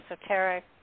Esoteric